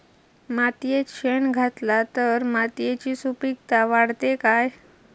मातयेत शेण घातला तर मातयेची सुपीकता वाढते काय?